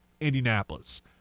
Indianapolis